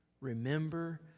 remember